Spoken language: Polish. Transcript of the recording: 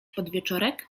podwieczorek